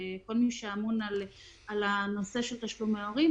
את כל מי שאמון על הנושא של תשלומי הורים,